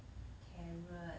carrots